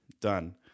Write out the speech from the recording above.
Done